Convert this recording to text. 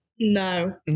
no